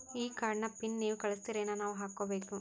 ಈ ಕಾರ್ಡ್ ನ ಪಿನ್ ನೀವ ಕಳಸ್ತಿರೇನ ನಾವಾ ಹಾಕ್ಕೊ ಬೇಕು?